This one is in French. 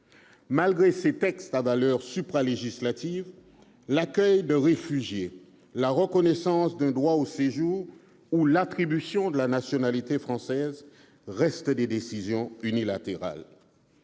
Malgré les textes à valeur supralégislative, l'accueil de réfugiés, la reconnaissance d'un droit au séjour ou l'attribution de la nationalité française restent des décisions unilatérales.